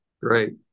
Great